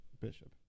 bishop